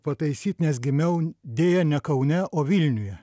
pataisyt nes gimiau deja ne kaune o vilniuje